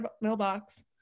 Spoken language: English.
mailbox